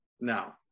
now